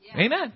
Amen